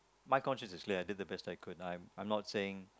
my conscious is clear I did the best I could I'm I'm not saying